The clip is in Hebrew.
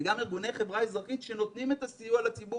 ארגוני חברה אזרחית שנותנים סיוע לציבור